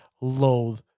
loathe